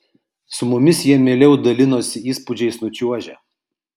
su mumis jie mieliau dalinosi įspūdžiais nučiuožę